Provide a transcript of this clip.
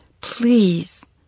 Please